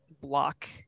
block